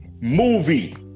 movie